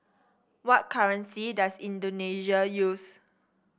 what currency does Indonesia use